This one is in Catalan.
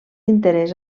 interès